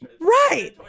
Right